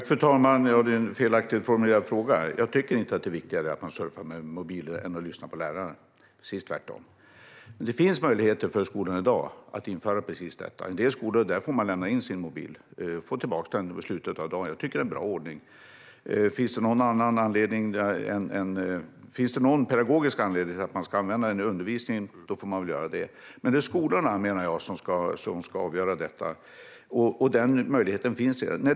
Fru talman! Det är en felaktigt formulerad fråga. Jag tycker inte att det är viktigare att surfa på mobilen än att lyssna på läraren. Det är precis tvärtom. Det finns redan i dag möjligheter för skolorna att införa precis detta. I en del skolor får man lämna in sin mobil, och så får man tillbaka den i slutet av dagen. Det tycker jag är en bra ordning. Finns det någon pedagogisk anledning till att man ska använda mobilen i undervisningen får man väl göra det. Jag menar att det är skolorna som ska avgöra detta, och den möjligheten finns redan.